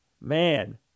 Man